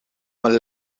mijn